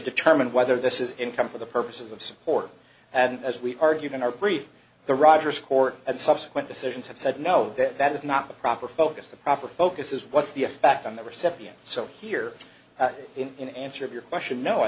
determine whether this is income for the purposes of support and as we argued in our brief the rogers court and subsequent decisions have said no that that is not the proper focus the proper focus is what's the effect on the recipient so here in answer of your question no i